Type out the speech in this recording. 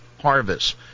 harvest